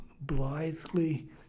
blithely